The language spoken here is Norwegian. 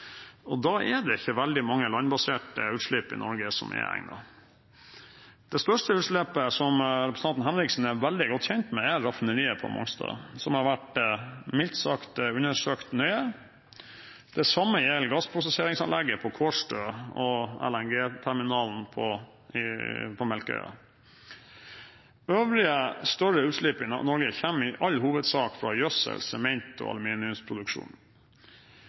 og da er det ikke veldig mange landbaserte utslipp i Norge som er egnet. Det største utslippet, som representanten Henriksen er veldig godt kjent med, er fra raffineriet på Mongstad, som har vært, mildt sagt, undersøkt nøye. Det samme gjelder gassprosesseringsanlegget på Kårstø og LNG-terminalen på Melkøya. Øvrige større utslipp i Norge kommer i all hovedsak fra gjødsel, sement og aluminiumsproduksjon.